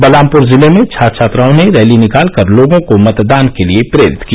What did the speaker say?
बलरामपुर जिले में छात्र छात्राओं ने रैली निकाल कर लोगों को मतदान के लिये प्रेरित किया